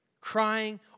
crying